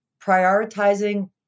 prioritizing